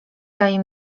daje